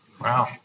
Wow